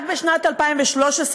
רק בשנת 2013,